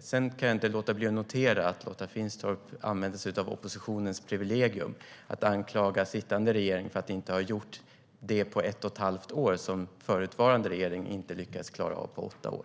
Sedan kan jag inte låta bli att notera att Lotta Finstorp använder sig av oppositionens privilegium, det vill säga att anklaga sittande regering för att på ett och ett halvt år inte har gjort något som den förutvarande regeringen inte lyckades klara av på åtta år.